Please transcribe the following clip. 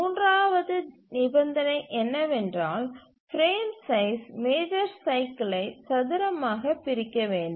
மூன்றாவது நிபந்தனை என்னவென்றால் பிரேம் சைஸ் மேஜர் சைக்கிலை சதுரமாக பிரிக்க வேண்டும்